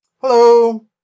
Hello